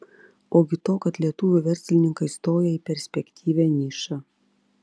ogi to kad lietuvių verslininkai stoja į perspektyvią nišą